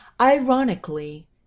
Ironically